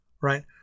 right